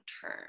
term